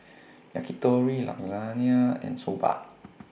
Yakitori Lasagne and Soba